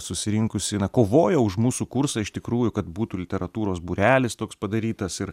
susirinkusi na kovojo už mūsų kursą iš tikrųjų kad būtų literatūros būrelis toks padarytas ir